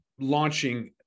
launching